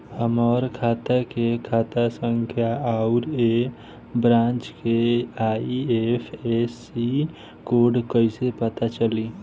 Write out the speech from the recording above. हमार खाता के खाता संख्या आउर ए ब्रांच के आई.एफ.एस.सी कोड कैसे पता चली?